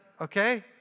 okay